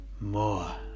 more